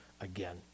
again